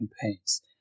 campaigns